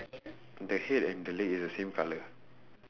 the the head and the leg is the same colour